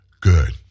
good